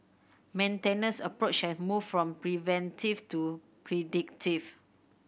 maintenance approach has moved from preventive to predictive